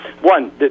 One